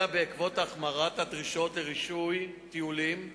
אלא שבעקבות החמרת הדרישות לרישוי טיולים,